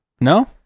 No